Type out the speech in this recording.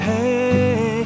Hey